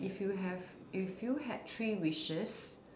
if you have if you had three wishes